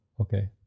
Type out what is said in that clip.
okay